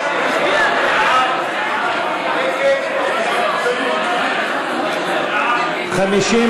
ההסתייגות לחלופין א' של קבוצת סיעת יש עתיד לפני סעיף 1 לא נתקבלה.